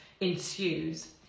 ensues